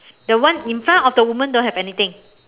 the one in front of the woman don't have anything